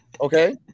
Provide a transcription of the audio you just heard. Okay